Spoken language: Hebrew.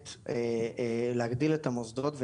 להגדיל את המוסדות,